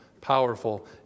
powerful